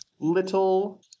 Little